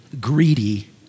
greedy